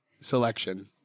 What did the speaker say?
selection